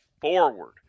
forward